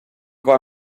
war